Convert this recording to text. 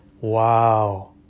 wow